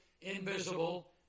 invisible